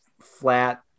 flat